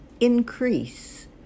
increase